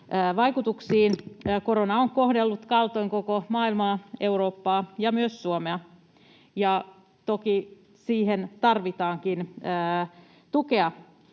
vaikutuksiin. Korona on kohdellut kaltoin koko maailmaa, Eurooppaa ja myös Suomea, ja toki siihen tarvitaankin tukea.